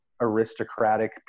aristocratic